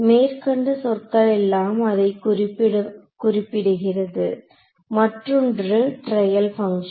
மேற்கண்ட சொற்களெல்லாம் அதை குறிப்பிடுகிறது மற்றொன்று டிரையல் பங்ஷன்